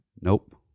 Nope